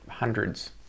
Hundreds